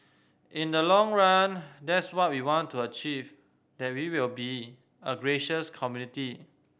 in the long run that's what we want to achieve that we will be a gracious community